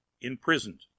imprisoned